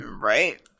right